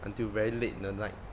until very late in the night